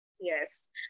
Yes